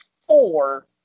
four